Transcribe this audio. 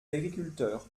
agriculteurs